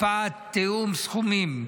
הקפאת תיאום סכומים,